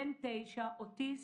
אוטיסט.